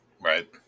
right